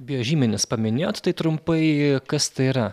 biožymenis paminėjot tai trumpai kas tai yra